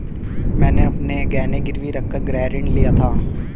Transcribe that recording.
मैंने अपने गहने गिरवी रखकर गृह ऋण लिया था